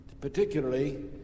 particularly